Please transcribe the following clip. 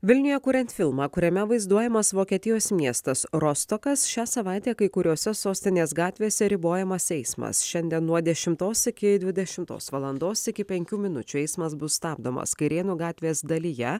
vilniuje kuriant filmą kuriame vaizduojamas vokietijos miestas rostokas šią savaitę kai kuriose sostinės gatvėse ribojamas eismas šiandien nuo dešimtos iki dvidešimtos valandos iki penkių minučių eismas bus stabdomas kairėnų gatvės dalyje